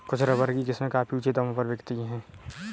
कुछ रबर की किस्में काफी ऊँचे दामों पर बिकती है